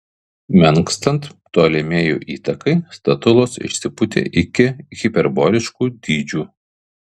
menkstant ptolemėjų įtakai statulos išsipūtė iki hiperboliškų dydžių